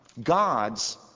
God's